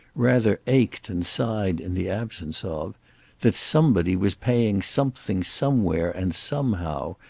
rather ached and sighed in the absence of that somebody was paying something somewhere and somehow,